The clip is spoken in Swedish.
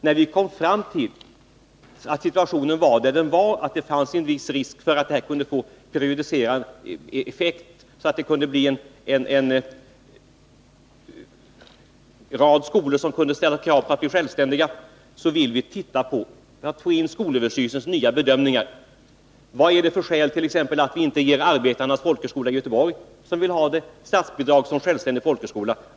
När vi kom fram till att det fanns en viss risk för att riksdagsbeslut kunde få en prejudicerande effekt, så att en rad skolor kunde ställa krav på att bli självständiga, fanns det anledning ta upp frågan. Vad är t.ex. skälet till att vi inte ger arbetarnas folkhögskola i Göteborg statsbidrag som självständig folkhögskola?